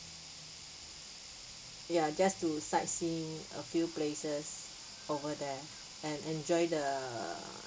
ya just to sightseeing a few places over there and enjoy the